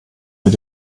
mit